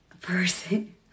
person